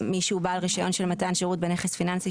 מישהו שהוא בעל רישיון של מתן שירות בנכס פיננסי,